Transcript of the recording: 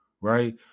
Right